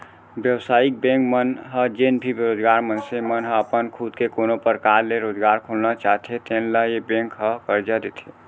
बेवसायिक बेंक मन ह जेन भी बेरोजगार मनसे मन ह अपन खुद के कोनो परकार ले रोजगार खोलना चाहते तेन ल ए बेंक ह करजा देथे